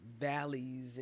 valleys